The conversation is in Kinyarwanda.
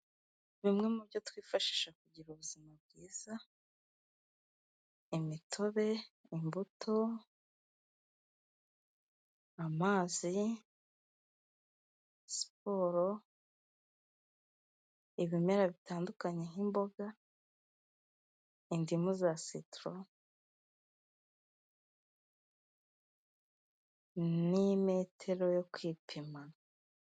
Bimwe mu byo twifashisha kugira ubuzima bwiza, imitobe, imbuto, amazi, siporo, ibimera bitandukanye nk'imboga, indimu za sitoro, n'imetero yo kwipima.